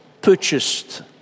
purchased